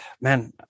man